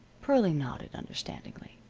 pearlie nodded understandingly.